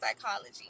psychology